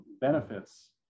benefits